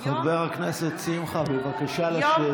הכנסת שמחה, בבקשה לשבת.